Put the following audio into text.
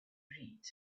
read